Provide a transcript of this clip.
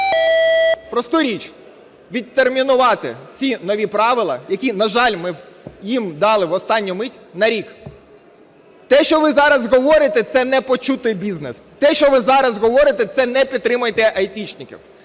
просту річ – відтермінувати ці нові правила, які, на жаль, ми їм дали в останню мить, на рік. Те, що ви зараз говорите, це не почутий бізнес, те, що ви зараз говорите, це не підтримуєте айтішників,